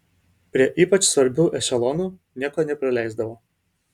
prie ypač svarbių ešelonų nieko neprileisdavo